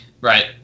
Right